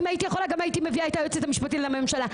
אם הייתי יכולה גם הייתי מביאה את היועצת המשפטית לממשלה.